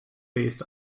based